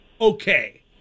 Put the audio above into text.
okay